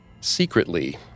Secretly